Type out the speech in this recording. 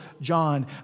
John